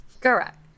correct